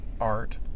art